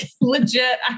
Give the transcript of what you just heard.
legit